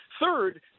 Third